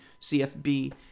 CFB